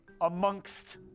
amongst